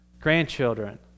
grandchildren